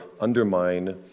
undermine